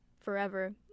forever